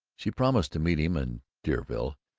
she promised to meet him in deauville,